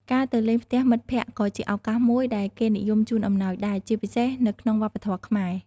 ការទៅលេងផ្ទះមិត្តភក្តិក៏ជាឱកាសមួយដែលគេនិយមជូនអំណោយដែរ ជាពិសេសនៅក្នុងវប្បធម៌ខ្មែរ។